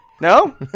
No